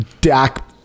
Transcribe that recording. Dak